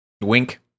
Wink